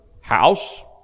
house